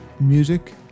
music